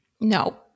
No